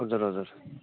हजुर हजुर